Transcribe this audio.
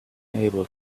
able